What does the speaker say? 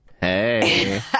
Hey